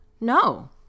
no